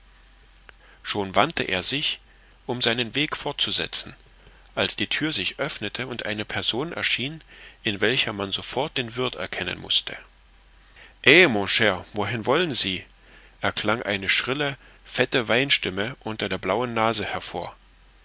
schon wandte er sich um seinen weg fortzusetzen als die thür sich öffnete und eine person erschien in welcher man sofort den wirth erkennen mußte eh mon cher wohin wollen sie erklang eine schrille fette weinstimme unter der blauen nase hervor